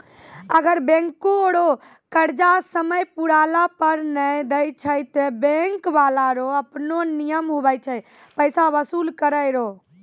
अगर बैंको रो कर्जा समय पुराला पर नै देय छै ते बैंक बाला रो आपनो नियम हुवै छै पैसा बसूल करै रो